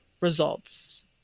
results